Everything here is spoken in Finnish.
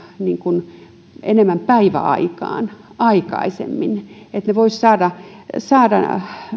enemmän päiväaikaan aikaisemmin että ne voisivat saada